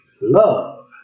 love